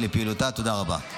תודה רבה.